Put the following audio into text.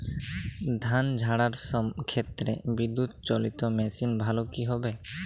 ধান ঝারার ক্ষেত্রে বিদুৎচালীত মেশিন ভালো কি হবে?